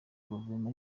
guverinoma